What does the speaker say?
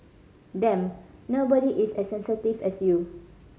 damn nobody is as sensitive as you